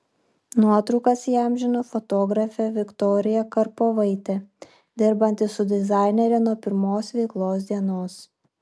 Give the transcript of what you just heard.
nuotraukas įamžino fotografė viktorija karpovaitė dirbanti su dizainere nuo pirmos veiklos dienos